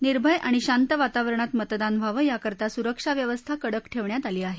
निर्भय आणि शांत वातावरणात मतदान व्हावं याकरता सुरक्षा व्यवस्था कडक ठेवण्यात आली आहे